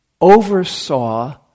oversaw